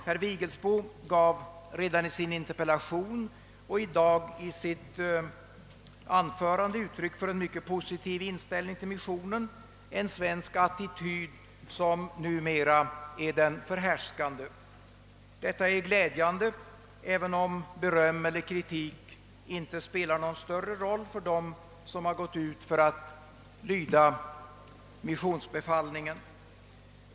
Herr Vigelsbo gav både i sin interpellation och i sitt anförande i dag uttryck för en mycket positiv inställning till missionen, den svenska attityd som numera är den förhärskande. Detta är glädjande, även om beröm eller kritik inte spelar någon större roll för dem som har gått ut för att lyda missionsbefallningen.